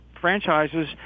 franchises